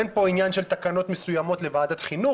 אין פה עניין של תקנות מסוימות לוועדת חינוך